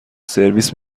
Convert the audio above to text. سرویس